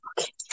Okay